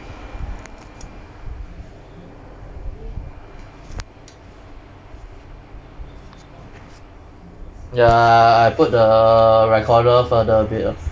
ya I put the recorder further a bit ah